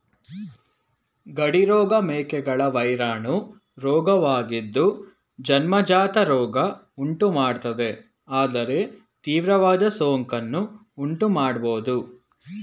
ಗಡಿ ರೋಗ ಮೇಕೆಗಳ ವೈರಾಣು ರೋಗವಾಗಿದ್ದು ಜನ್ಮಜಾತ ರೋಗ ಉಂಟುಮಾಡ್ತದೆ ಆದರೆ ತೀವ್ರವಾದ ಸೋಂಕನ್ನು ಉಂಟುಮಾಡ್ಬೋದು